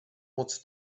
moc